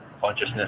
consciousness